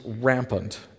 rampant